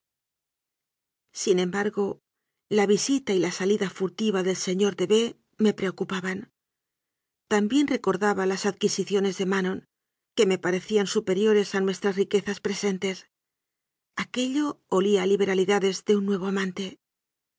sin embargo la visita y la salida furtiva del señor de b me preocupaban también recordaba las adquisiciones de manon que me parecían su periores a nuestras riquezas presentes aquello olía a liberalidades de un nuevo amante